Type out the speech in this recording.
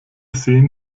sehen